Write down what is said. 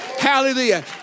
Hallelujah